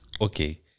okay